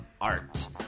art